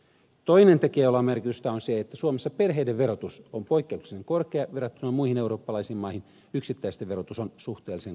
toinen tekijä jolla on merkitystä on se että suomessa perheiden verotus on poikkeuksellisen korkea verrattuna muihin eurooppalaisiin maihin yksittäisten verotus on suhteellisen kohtuullista